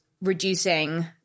reducing